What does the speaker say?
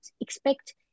expect